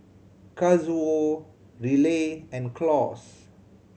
Kazuo Riley and Claus